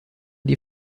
die